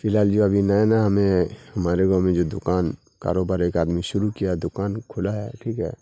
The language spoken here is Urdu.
فی الحال جو ابھی نئے نا ہمیں ہمارے گاؤں میں جو دکان کاروبار ایک آدمی شروع کیا دکان کھلا ہے ٹھیک ہے